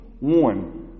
one